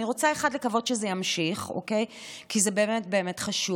אני רוצה לקוות שזה ימשיך, כי זה באמת חשוב.